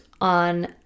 on